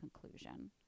conclusion